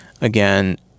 again